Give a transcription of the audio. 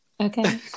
Okay